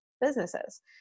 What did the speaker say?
businesses